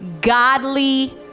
godly